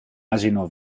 asino